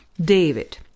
David